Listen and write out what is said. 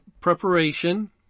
preparation